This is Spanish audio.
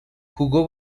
jugó